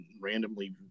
randomly